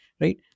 right